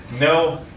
No